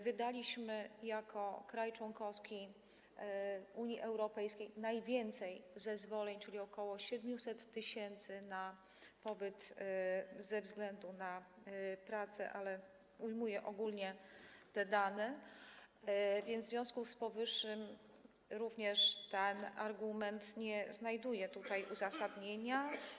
Wydaliśmy jako kraj członkowski Unii Europejskiej najwięcej zezwoleń, czyli ok. 700 tys., na pobyt ze względu na pracę - ujmuję ogólnie te dane - w związku z powyższym również ten argument nie znajduje tutaj uzasadnienia.